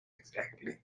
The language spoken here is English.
exactly